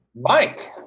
Mike